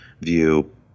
view